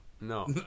no